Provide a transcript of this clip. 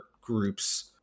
groups